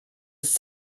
ist